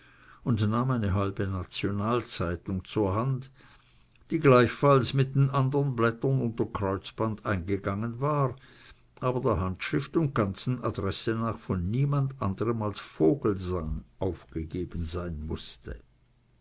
und nahm eine halbe nationalzeitung zur hand die gleichfalls mit den anderen blättern unter kreuzband eingegangen war aber der handschrift und ganzen adresse nach von jemand anderem als vogelsang aufgegeben sein mußte